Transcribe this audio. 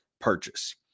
purchase